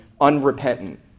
unrepentant